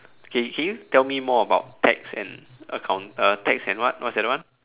okay can you tell me more about tax and account uh tax and what what's the other one